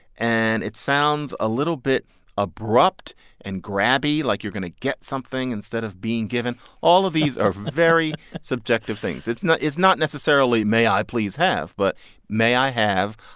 and it sounds a little bit abrupt and grabby like you're going to get something instead of being given. all of these are very subjective things. it's not it's not necessarily may i please have, but may i have,